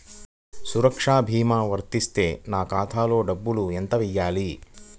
సురక్ష భీమా వర్తిస్తే నా ఖాతాలో డబ్బులు ఎంత వేయాలి?